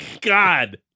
God